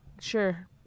Sure